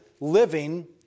living